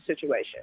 situation